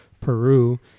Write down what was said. Peru